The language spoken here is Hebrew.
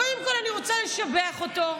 קודם כול, אני רוצה לשבח אותו,